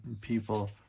people